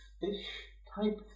fish-type